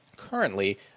currently